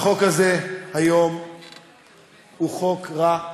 החוק הזה הוא חוק רע,